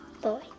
boy